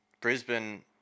Brisbane